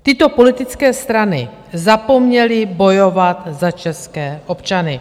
Tyto politické strany zapomněly bojovat za české občany.